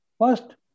first